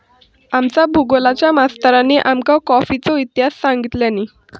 आमच्या भुगोलच्या मास्तरानी आमका कॉफीचो इतिहास सांगितल्यानी